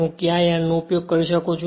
હું ક્યાંક N નો ઉપયોગ કરી શકું છું